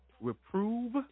Reprove